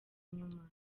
nyuma